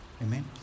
Amen